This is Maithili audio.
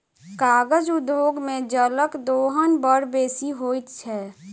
कागज उद्योग मे जलक दोहन बड़ बेसी होइत छै